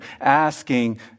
asking